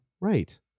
right